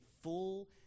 full